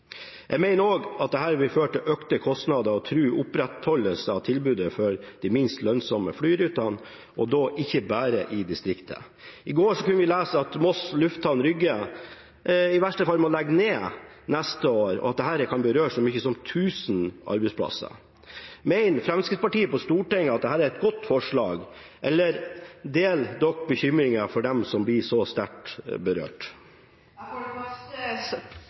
Jeg mener også at dette vil føre til økte kostnader og true opprettholdelse av tilbudet på de minst lønnsomme flyrutene, og da ikke bare i distriktene. I går kunne vi lese at Moss lufthavn Rygge i verste fall må legge ned neste år, og at dette kan berøre så mange som 1 000 arbeidsplasser. Mener Fremskrittspartiet på Stortinget at dette er et godt forslag, og deler man bekymringen for dem som bli så sterkt